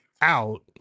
out